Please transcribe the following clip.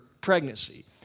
pregnancy